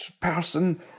person